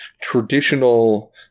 traditional